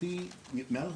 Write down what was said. להערכתי מעל